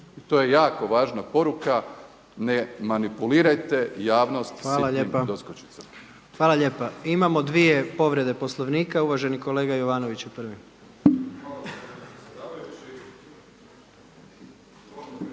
To je jako važna poruka. Ne manipulirajte javnost sitnim doskočicama. **Jandroković, Gordan (HDZ)** Hvala lijepa. Imamo dvije povrede Poslovnika. Uvaženi kolega Jovanović je prvi.